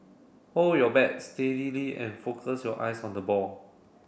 hold your bat steadily and focus your eyes on the ball